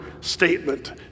statement